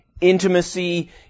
intimacy